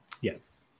Yes